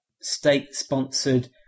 state-sponsored